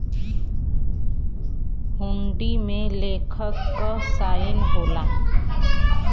हुंडी में लेखक क साइन होला